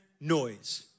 noise